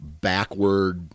backward